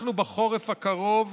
אנחנו בחורף הקרוב